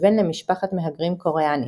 כבן למשפחת מהגרים קוריאנית.